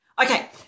Okay